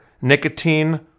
nicotine